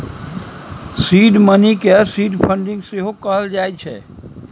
seed money केँ seed funding सेहो कहल जाइ छै